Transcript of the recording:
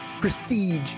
prestige